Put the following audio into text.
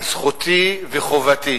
זכותי וחובתי,